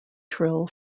trill